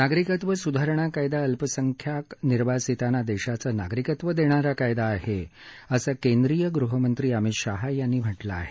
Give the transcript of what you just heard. नागरिकत्व स्धारणा कायदा अल्पसंख्याक निर्वासितांना देशाचं नागरिकत्व देणारा कायदा आहे असं कैद्रीय गृहमंत्री अमित शहा यांनी म्हटलं आहे